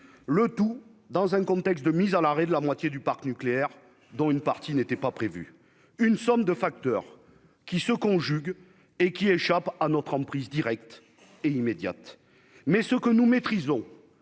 le tout dans un contexte de mise à l'arrêt de la moitié du parc nucléaire, dont une partie n'était pas prévu une somme de facteurs qui se conjuguent et qui échappe à notre emprise directe et immédiate, mais ce que nous maîtrisons